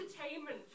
entertainment